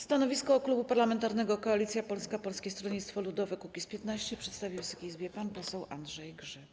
Stanowisko Klubu Parlamentarnego Koalicja Polska - Polskie Stronnictwo Ludowe - Kukiz15 przedstawi Wysokiej Izbie pan poseł Andrzej Grzyb.